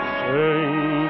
sing